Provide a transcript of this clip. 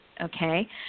okay